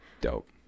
Dope